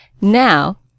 Now